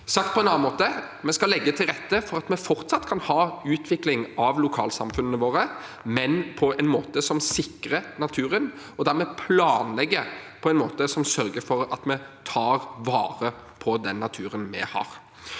Sagt på en annen måte: Vi skal legge til rette for at vi fortsatt kan ha utvikling av lokalsamfunnene våre, men på en måte som sikrer naturen, og dermed planlegge på en måte som sørger for at vi tar vare på den naturen vi har.